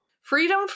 freedom